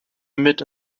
mit